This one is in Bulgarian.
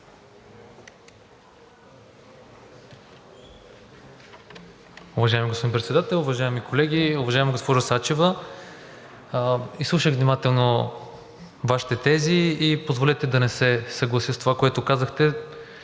Уважаеми господин Председател, уважаеми колеги! Уважаема госпожо Сачева, изслушах внимателно Вашите тези и позволете да не се съглася с това, което казахте.